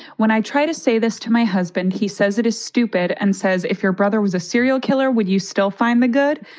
when i try to say this to my husband, he says it is stupid and says if your brother was a serial killer, would you still find the good?